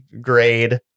grade